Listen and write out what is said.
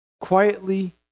quietly